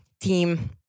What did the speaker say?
team